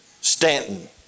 Stanton